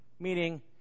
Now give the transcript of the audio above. meaning